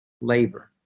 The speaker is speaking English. labor